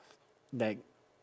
like